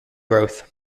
growth